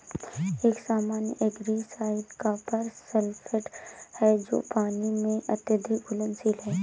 एक सामान्य algicide copper sulphate है जो पानी में अत्यधिक घुलनशील है